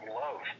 love